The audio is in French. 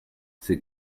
c’est